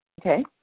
Okay